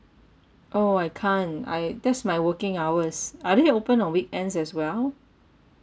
oh I can't I that's my working hours are they open on weekends as well